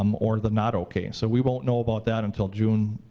um or the not okay. so we won't know about that until june.